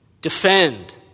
Defend